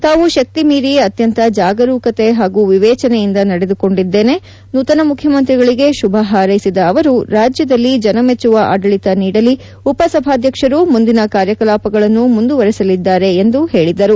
ತಾವು ಶಕ್ತಿಮೀರಿ ಅತ್ಯಂತ ಜಾಗರೂಕತೆ ಹಾಗೂ ವಿವೇಚನೆಯಿಂದ ನಡೆದುಕೊಂಡಿದ್ದೇನೆ ನೂತನ ಮುಖ್ಯಮಂತ್ರಿಗಳಿಗೆ ಶುಭ ಹಾರೈಸಿದ ಅವರು ರಾಜ್ಯದಲ್ಲಿ ಜನಮೆಚ್ಚುವ ಆಡಳಿತ ನೀಡಲಿ ಉಪಸಭಾಧ್ಯಕ್ಷರು ಮುಂದಿನ ಕಾರ್ಯಕಲಾಪಗಳನ್ನು ಮುಂದುವರೆಸಲಿದ್ದಾರೆ ಎಂದು ಹೇಳಿದರು